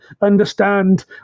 understand